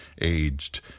aged